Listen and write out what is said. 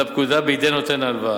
לפקודה בידי נותן ההלוואה.